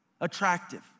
attractive